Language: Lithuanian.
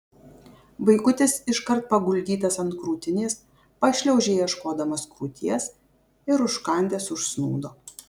vaikutis iškart paguldytas ant krūtinės pašliaužė ieškodamas krūties ir užkandęs užsnūdo